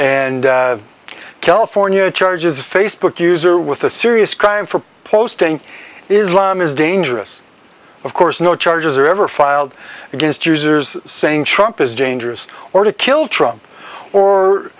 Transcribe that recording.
and california charges a facebook user with a serious crime for posting islam is dangerous of course no charges are ever filed against users saying trump is dangerous or to kill trump or